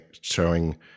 showing